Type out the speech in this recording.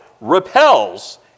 repels